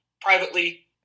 privately